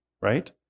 Right